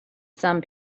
some